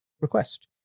request